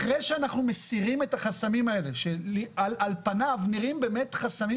אחרי אנחנו מסירים את החסמים האלה שעל פניו נראים באמת חסמים